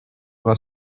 aura